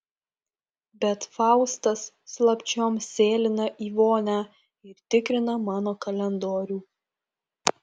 bet faustas slapčiom sėlina į vonią ir tikrina mano kalendorių